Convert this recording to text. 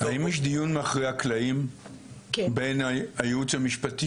האם יש דיון מאחורי הקלעים בין הייעוץ המשפטי